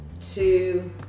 Two